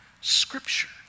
scripture